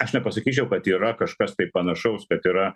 aš nepasakyčiau kad yra kažkas tai panašaus bet yra